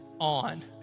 on